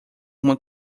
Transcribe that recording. uma